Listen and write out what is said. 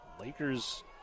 Lakers